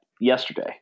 yesterday